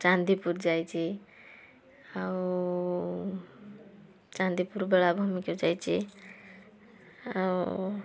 ଚାନ୍ଦିପୁର ଯାଇଛି ଆଉ ଚାନ୍ଦିପୁର ବେଳାଭୂମିକୁ ଯାଇଛି ଆଉ